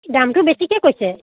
দামটো বেছিকৈ কৈছে